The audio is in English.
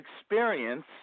experience